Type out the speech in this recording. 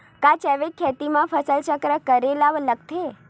का जैविक खेती म फसल चक्र करे ल लगथे?